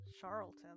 Charlton